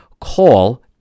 call